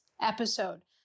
episode